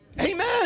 amen